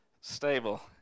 stable